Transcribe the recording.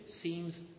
seems